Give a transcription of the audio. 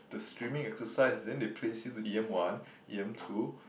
the streaming exercise then they place you to e_m one e_m two